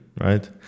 right